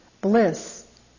bliss